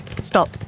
Stop